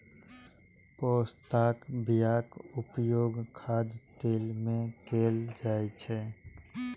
पोस्ताक बियाक उपयोग खाद्य तेल मे कैल जाइ छै